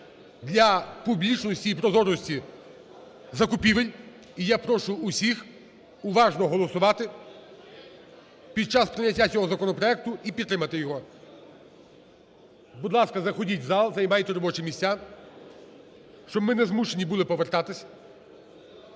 для публічності і прозорості закупівель. І я прошу всіх уважно голосувати, під час прийняття цього законопроекту і підтримати його. Будь ласка, заходіть в зал, займайте робочі місця, щоб ми не змушені були повертатись.